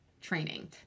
training